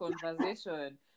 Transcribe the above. conversation